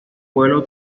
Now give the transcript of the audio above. pueblo